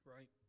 Right